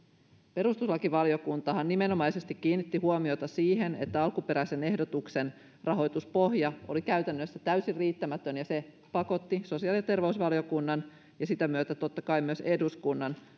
perustuslakivaliokuntahan nimenomaisesti kiinnitti huomiota siihen että alkuperäisen ehdotuksen rahoituspohja oli käytännössä täysin riittämätön ja se pakotti sosiaali ja terveysvaliokunnan ja sitä myötä totta kai myös eduskunnan